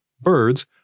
Birds